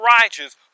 righteous